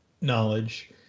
knowledge